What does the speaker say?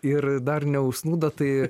ir dar neužsnūdot tai